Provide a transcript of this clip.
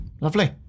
lovely